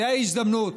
זו ההזדמנות.